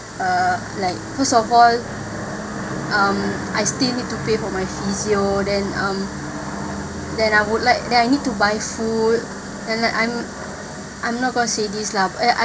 err like first of all um I still need to pay for my physio then um then I would like then I need to buy food then like I'm I'm not got savings lah